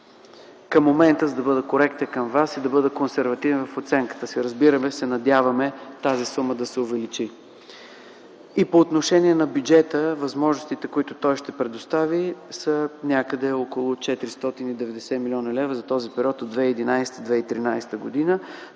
към момента и за да бъда коректен към Вас и консервативен в оценката, разбира се, се надяваме тази сума да се увеличи. По отношение на бюджета и възможностите, които той ще предостави, са някъде около 490 млн. лв. за периода 2011 2013 г.